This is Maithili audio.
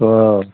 हाँ